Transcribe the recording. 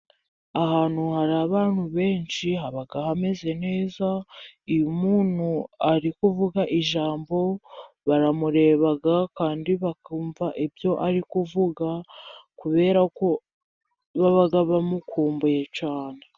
Ahantu hari abantu benshi haba hameze neza, iyo umuntu ari kuvuga ijambo baramureba kandi bakumva ibyo ari kuvuga, kubera ko baba bamukumbuye cyane.